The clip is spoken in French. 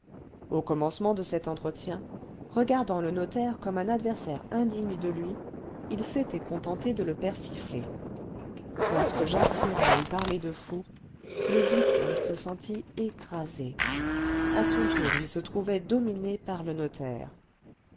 au commencement de cet entretien regardant le notaire comme un adversaire indigne de lui il s'était contenté de le persifler lorsque jacques ferrand eut parlé de faux le vicomte se sentit écrasé à son tour il se trouvait dominé par le notaire